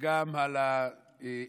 וגם על התותח.